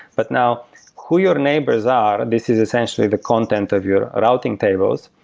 but now who you're neighbors are, and this is essentially the content of your routing tables.